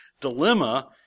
dilemma